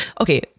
Okay